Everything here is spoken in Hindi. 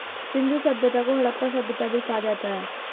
सिंधु सभ्यता को हड़प्पा सभ्यता भी कहा जाता है